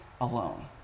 alone